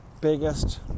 biggest